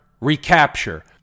recapture